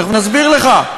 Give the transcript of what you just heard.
תכף נסביר לך.